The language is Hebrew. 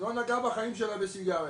לא נגעה בחיים שלה בסיגריה,